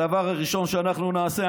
הדבר הראשון שאנחנו נעשה,